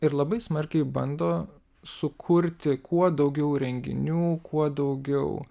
ir labai smarkiai bando sukurti kuo daugiau renginių kuo daugiau